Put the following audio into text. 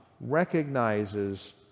recognizes